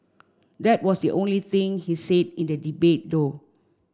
that was the only thing he said in the debate though